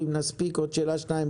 אם נספיק נכניס בסוף עוד שאלה או שתיים,